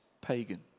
pagan